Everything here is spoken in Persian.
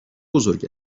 بزرگ